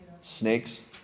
Snakes